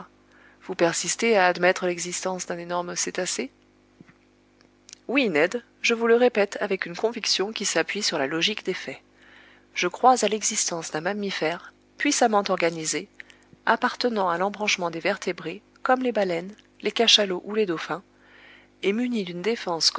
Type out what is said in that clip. vous persistez à admettre l'existence d'un énorme cétacé oui ned je vous le répète avec une conviction qui s'appuie sur la logique des faits je crois à l'existence d'un mammifère puissamment organisé appartenant à l'embranchement des vertébrés comme les baleines les cachalots ou les dauphins et muni d'une défense